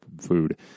food